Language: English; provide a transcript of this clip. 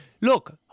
Look